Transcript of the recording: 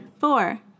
four